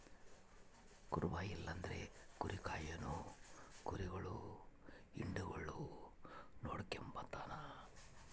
ಕುರುಬ ಇಲ್ಲಂದ್ರ ಕುರಿ ಕಾಯೋನು ಕುರಿಗುಳ್ ಹಿಂಡುಗುಳ್ನ ನೋಡಿಕೆಂಬತಾನ